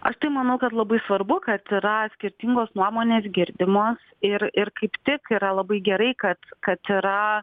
aš manau kad labai svarbu kad yra skirtingos nuomonės girdimos ir ir kaip tik yra labai gerai kad kad yra